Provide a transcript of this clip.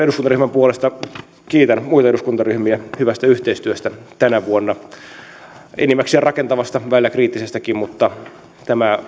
puolesta kiitän muita eduskuntaryhmiä hyvästä yhteis työstä tänä vuonna enimmäkseen rakentavasta välillä kriittisestäkin mutta tämä